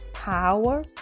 power